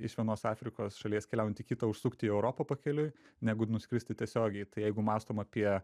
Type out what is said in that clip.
iš vienos afrikos šalies keliaujant į kitą užsukti į europą pakeliui negu nuskristi tiesiogiai tai jeigu mąstom apie